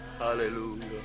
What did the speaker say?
Hallelujah